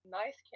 nice